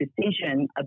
decision